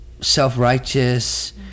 self-righteous